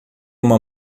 uma